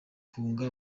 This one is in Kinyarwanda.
kunga